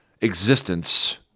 existence